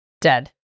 Dead